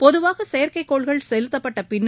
பொதுவாக செயற்கைக்கோள்கள் செலுத்தப்பட்ட பின்னர்